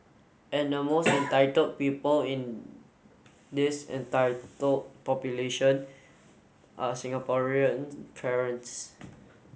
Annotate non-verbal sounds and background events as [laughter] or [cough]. and the [noise] most entitled people in this entitled population are Singaporean parents